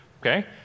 okay